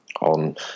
on